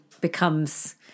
becomes